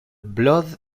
blood